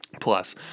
plus